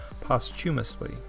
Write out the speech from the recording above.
posthumously